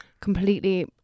Completely